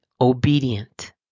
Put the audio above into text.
obedient